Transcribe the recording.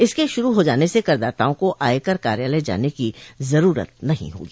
इसके शुरू हो जाने से करदाताओं को आयकर कार्यालय जाने की जरूरत नहीं होगी